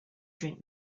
drink